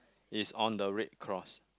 is on the red cross